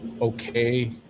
okay